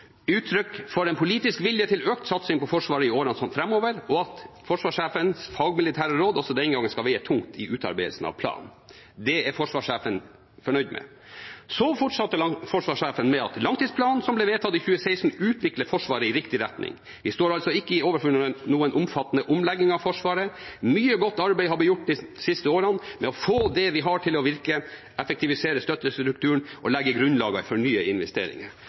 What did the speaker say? uttrykk for en politisk vilje til økt satsing på Forsvaret i årene fremover, og at mitt fagmilitære råd også denne gang skal veie tungt i utarbeidelse av planen. Det er jeg glad for.» Så fortsetter forsvarssjefen: «Langtidsplanen som ble vedtatt i 2016 utvikler Forsvaret i riktig retning. Vi står altså ikke overfor noen omfattende omlegging av Forsvaret. Mye godt arbeid har blitt gjort de siste årene med å få det vi har til å virke, effektivisere støttestrukturen, og å legge grunnlaget for nye investeringer.»